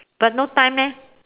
but no time eh